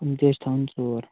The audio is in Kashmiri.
یِم تہِ حظ چھِ تھاوٕنۍ ژور